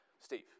Steve